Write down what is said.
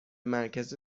مرکز